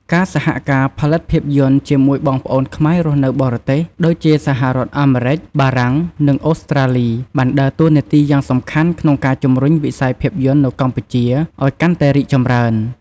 ការសហការផលិតភាពយន្តជាមួយបងប្អូនខ្មែររស់នៅបរទេស ដូចជាសហរដ្ឋអាមេរិក បារាំង និងអូស្ត្រាលី បានដើរតួនាទីយ៉ាងសំខាន់ក្នុងការជំរុញវិស័យភាពយន្តនៅកម្ពុជាឱ្យកាន់តែរីកចម្រើន។